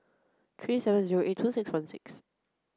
three seven zero eight two six one six